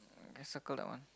K circle that one